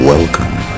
Welcome